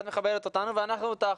את מכבדת אותנו ואנחנו אותך.